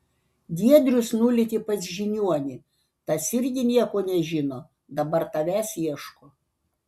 giedrius nulėkė pas žiniuonį tas irgi nieko nežino dabar tavęs ieško